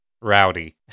rowdy